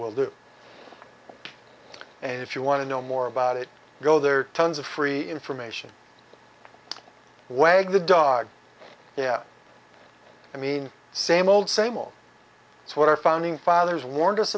will do and if you want to know more about it go there are tons of free information way in the dog yeah i mean same old same old it's what our founding fathers warned us